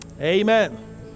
Amen